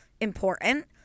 important